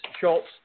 Schultz